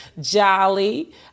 Jolly